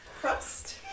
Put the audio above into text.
crust